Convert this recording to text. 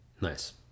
Nice